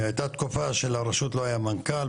הייתה תקופה שלרשות לא היה מנכ"ל,